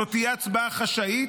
זאת תהיה הצבעה חשאית,